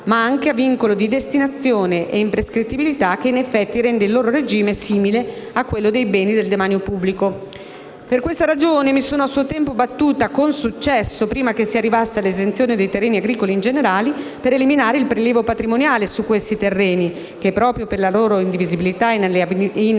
ma anche a vincolo di destinazione e imprescrittibilità, che in effetti rende il loro regime simile a quello dei beni del demanio pubblico. Per questa ragione, mi sono a suo tempo battuta, con successo - prima che si arrivasse all'esenzione dei terreni agricoli in generale - per eliminare il prelievo patrimoniale su questi terreni che, proprio per la loro indivisibilità e inalienabilità,